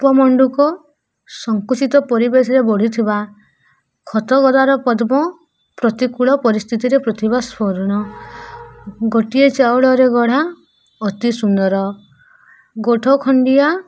କୂପପମଣ୍ଡୁକ ସଙ୍କୁଚିତ ପରିବେଶରେ ବଢ଼ୁଥିବା ଖତ ଗଦାର ପଦ୍ମ ପ୍ରତିକୂଳ ପରିସ୍ଥିତିରେ ପ୍ରତିଭା ସ୍ମରଣ ଗୋଟିଏ ଚାଉଳରେ ଗଢ଼ା ଅତି ସୁନ୍ଦର ଗୋଠ ଖଣ୍ଡିଆ